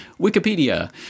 Wikipedia